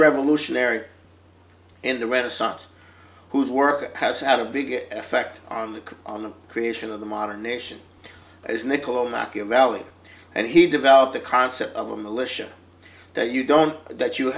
revolutionary in the renaissance whose work has out a big effect on the crew on the creation of the modern nation as niccolo machiavelli and he developed the concept of a militia that you don't that you